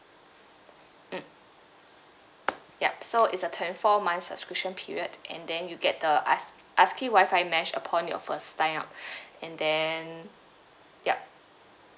mm ya so it's a twenty four month subscription period and then you get the as~ asking Wi-Fi mesh upon your first sign up and then ya